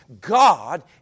God